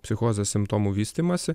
psichozės simptomų vystymąsi